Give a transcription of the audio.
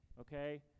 Okay